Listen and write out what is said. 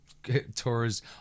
tours